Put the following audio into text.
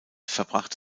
verbrachte